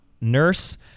nurse